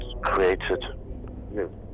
created